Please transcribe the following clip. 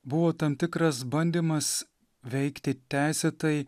buvo tam tikras bandymas veikti teisėtai